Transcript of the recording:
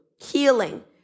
Healing